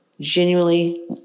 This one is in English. Genuinely